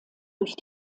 durch